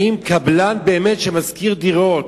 האם קבלן שמשכיר דירות